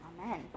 Amen